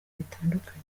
bitandukanye